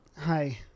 hi